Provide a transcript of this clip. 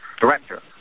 Director